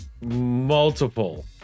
multiple